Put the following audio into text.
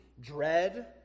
dread